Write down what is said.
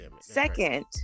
Second